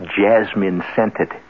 jasmine-scented